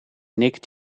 nick